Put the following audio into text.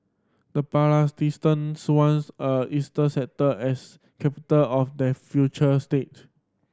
the Palestinians want a eastern sector as capital of their future state